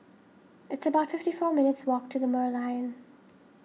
it's about fifty four minutes walk to the Merlion